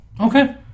Okay